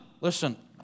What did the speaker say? listen